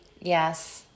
Yes